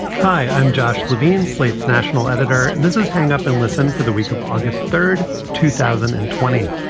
hi, i'm josh levine, slate's national editor, and this is hang up and listen for the week of august third, two thousand and twenty.